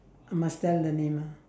must tell the name ah